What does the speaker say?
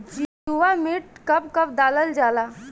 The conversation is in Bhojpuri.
जीवामृत कब कब डालल जाला?